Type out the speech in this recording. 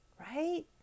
right